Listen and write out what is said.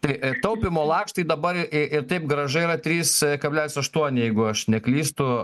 tai taupymo lakštai dabar ir taip grąža yra trys kablelis aštuoni jeigu aš neklystu